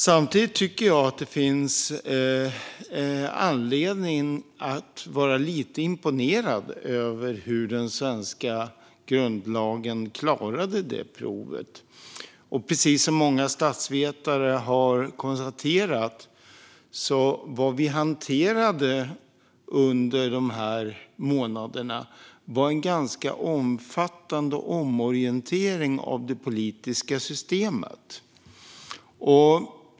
Samtidigt tycker jag att det finns anledning att vara lite imponerad av hur den svenska grundlagen klarade det provet. Precis som många statsvetare har konstaterat var det som vi hanterade under de månaderna en ganska omfattande omorientering av det politiska systemet.